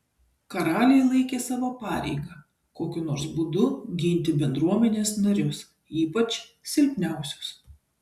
karaliai laikė savo pareiga kokiu nors būdu ginti bendruomenės narius ypač silpniausius